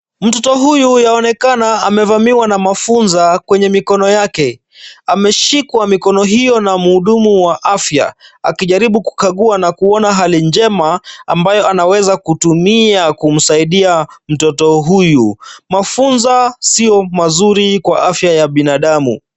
Mtoto huyu yuaonekana amevamiwa na mafunza kwenye mikono yake. Ameshikwa mikono hiyo na mhudumu wa afya, akijaribu kukagua na kuona hali njema, ambayo anaweza kutumia kumsaidia mtoto huyu. Mafunza sio mazuri kwa afya ya binadamu.